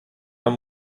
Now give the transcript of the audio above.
von